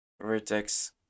vertex